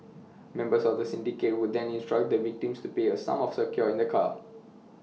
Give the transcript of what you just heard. members of the syndicate would then instruct the victims to pay A sum of secure in the car